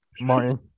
Martin